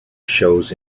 shows